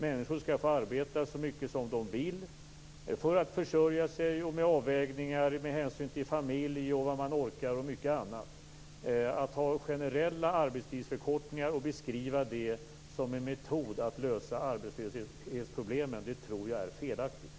Människor skall få arbeta så mycket som de vill för att försörja sig med hänsyn tagen till familj, vad man orkar och mycket annat. Att ha generella arbetstidsförkortningar och beskriva det som en metod för att lösa arbetslöshetsproblemen tror jag är felaktigt.